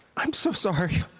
i'm so sorry.